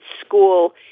school